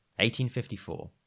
1854